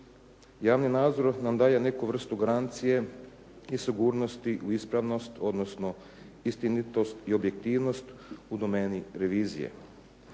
Javni nadzor nam daje neku vrstu garancije i sigurnosti u ispravnost odnosno istinitost i objektivnost u domeni revizije.